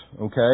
okay